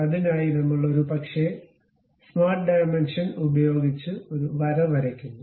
അതിനായി നമ്മൾ ഒരു പക്ഷേ സ്മാർട്ട് ഡൈമെൻഷൻ ഉപയോഗിച്ചു ഒരു വര വരയ്ക്കുന്നു